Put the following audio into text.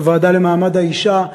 בוועדה למעמד האישה,